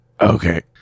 Okay